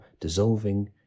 dissolving